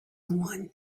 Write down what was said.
one